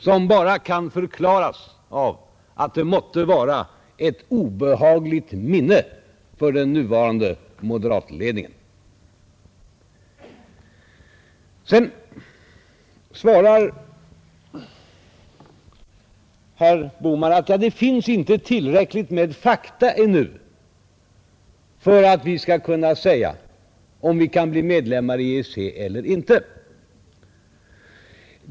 Den kan bara förklaras av att minnet av detta måtte vara obehagligt för den nuvarande moderatledningen. Herr Bohman säger att det ännu inte finns tillräckligt med fakta för att vi skall kunna säga om vi kan bli medlemmar i EEC eller inte.